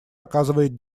оказывает